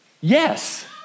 yes